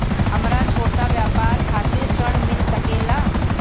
हमरा छोटा व्यापार खातिर ऋण मिल सके ला?